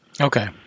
Okay